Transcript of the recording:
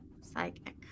Psychic